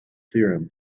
theorem